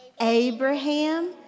abraham